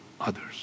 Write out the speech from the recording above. others